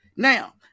Now